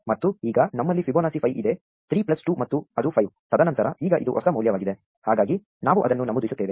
ಮತ್ತು ಈಗ ನಮ್ಮಲ್ಲಿ ಫಿಬೊನಾಸಿ 5 ಇದೆ 3 ಪ್ಲಸ್ 2 ಮತ್ತು ಅದು 5 ತದನಂತರ ಈಗ ಇದು ಹೊಸ ಮೌಲ್ಯವಾಗಿದೆ ಹಾಗಾಗಿ ನಾವು ಅದನ್ನು ನಮೂದಿಸುತ್ತೇವೆ